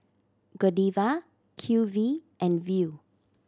Godiva Q V and Viu